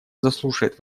заслушает